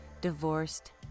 divorced